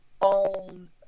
own